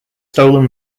stolen